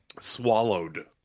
Swallowed